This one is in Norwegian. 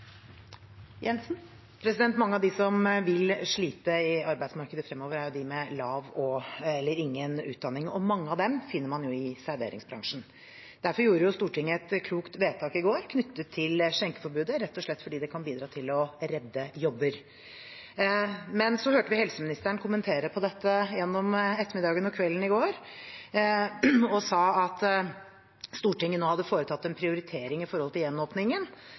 som vil slite i arbeidsmarkedet fremover, er dem med lav eller ingen utdanning, og mange av dem finner man i serveringsbransjen. Derfor gjorde Stortinget et klokt vedtak i går knyttet til skjenkeforbudet, rett og slett fordi det kan bidra til å redde jobber. Men så hørte vi helseministeren kommentere dette gjennom ettermiddagen og kvelden i går. Han sa at Stortinget nå hadde foretatt en prioritering med tanke på gjenåpningen. Men regjeringen varslet jo selv i forbindelse med nye tiltak at de ville komme tilbake til